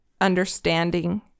understanding